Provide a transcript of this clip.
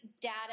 data